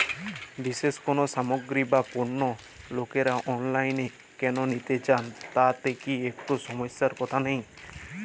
বিশেষ কোনো সামগ্রী বা পণ্য লোকেরা অনলাইনে কেন নিতে চান তাতে কি একটুও সমস্যার কথা নেই?